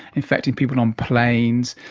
affecting people on planes.